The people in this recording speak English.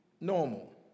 normal